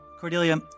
Cordelia